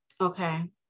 Okay